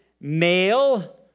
male